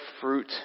fruit